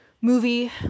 movie